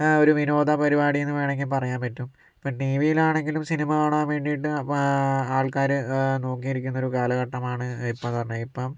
ഒരു വിനോദ പരിപാടീന്ന് വേണമെങ്കിൽ പറയാം പറ്റും ഇപ്പോൾ ടീവിലാണെങ്കിലും സിനിമ കാണാൻ വേണ്ടിയിട്ട് അപ്പം ആൾക്കാര് നോക്കിയിരിക്കുന്ന ഒരു കാലഘട്ടമാണ് ഇപ്പമെന്ന് പറഞ്ഞ് കഴിഞ്ഞാൽ ഇപ്പം